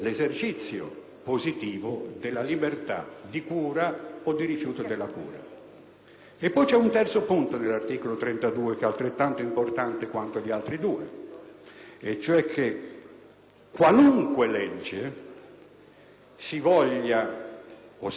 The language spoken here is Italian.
è poi un terzo punto nell'articolo 32 che è importante quanto gli altri due: qualunque legge si voglia o si debba fare in ossequio all'articolo 32, qualunque legge